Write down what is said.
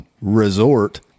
resort